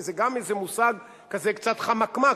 כי זה גם איזה מושג כזה קצת חמקמק.